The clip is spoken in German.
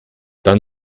dann